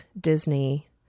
disney